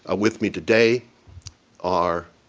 ah with me today are